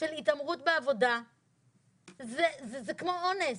של התעמרות בעבודה זה כמו אונס.